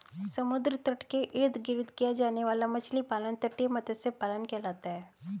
समुद्र तट के इर्द गिर्द किया जाने वाला मछली पालन तटीय मत्स्य पालन कहलाता है